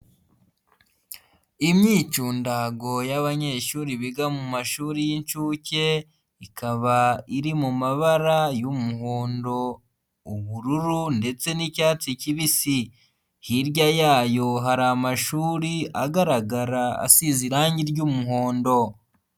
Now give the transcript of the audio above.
Imyicundago y'abanyeshuri biga mu mashuri y'inshuke, ikaba iri mu mabara y'umuhondo, ubururu ndetse n'icyatsi kibisi, hirya yayo hari amashuri agaragara asize irangi ry'umuhondo.